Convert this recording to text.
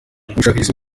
igisubizo